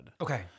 Okay